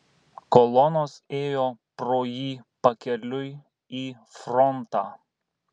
kolonos ėjo pro jį pakeliui į frontą